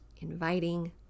inviting